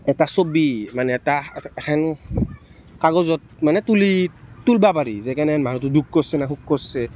এটা ছবি মানে এটা এখন কাগজত মানে তুলি তুলিব পাৰি যে কেনেহেন মানুহটো দুখ কৰিছে নে সুখ কৰিছে